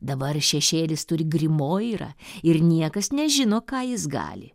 dabar šešėlis turi grimo yra ir niekas nežino ką jis gali